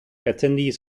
attendees